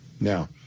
Now